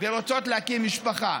ורוצות להקים משפחה.